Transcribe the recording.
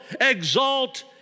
exalt